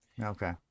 Okay